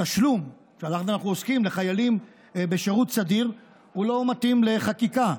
התשלום לחיילים בשירות סדיר שאנחנו עוסקים בו לא מתאים לחקיקה.